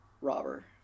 robber